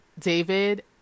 David